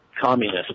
communist